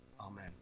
Amen